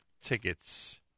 tickets